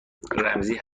رمزی